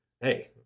hey